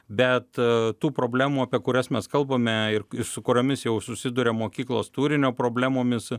bet tų problemų apie kurias mes kalbame ir su kuriomis jau susiduria mokyklos turinio problemomis